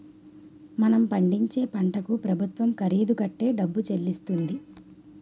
మనం పండించే పంటకు ప్రభుత్వం ఖరీదు కట్టే డబ్బు చెల్లిస్తుంది